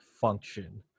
function